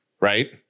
right